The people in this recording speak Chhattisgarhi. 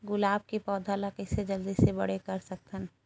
गुलाब के पौधा ल कइसे जल्दी से बड़े कर सकथन?